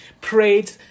prayed